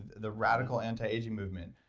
the radical antiaging movement,